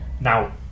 Now